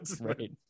Right